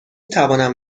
توانم